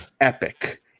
epic